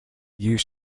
you